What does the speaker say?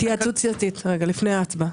התייעצות סיעתית, רגע, לפני ההצבעה.